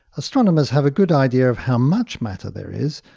astronomers have a good idea of how much matter there is,